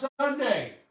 Sunday